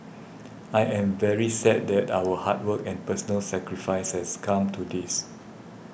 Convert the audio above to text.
I am very sad that our hard work and personal sacrifices come to this